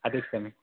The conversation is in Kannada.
ಅದೆ ಸ್ವಾಮಿ